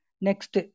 Next